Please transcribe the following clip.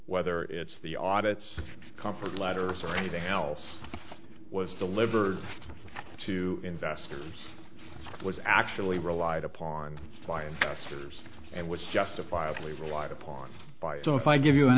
whether it's the audits comfort letters or anything else was delivered to investors it was actually relied upon sly investors and was justifiably relied upon by if i give you an